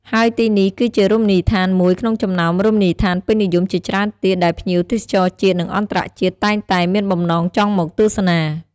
ហើយទីនេះគឺជារមណីដ្ឋានមួយ ក្នុងចំណោម រមណីដ្ឋានពេញនិយមជាច្រើនទៀត ដែលភ្ញៀវ ទេសចរជាតិ និងអន្តរជាតិតែងតែ មានបំណងចង់មកទស្សនា។